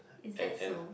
is that so